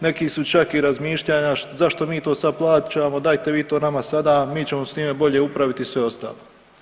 Neki su čak i razmišljanja zašto mi to sad plaćamo, dajte vi to nama sada, a mi ćemo s time bolje upraviti i sve ostalo.